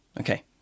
Okay